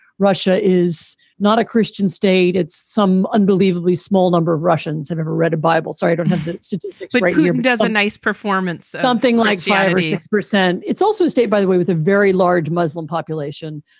russia is not a christian state. it's some unbelievably small number of russians have ever read a bible. so i don't have statistics. like he um does a nice performance, something like five or six percent. it's also state, by the way, with a very large muslim population,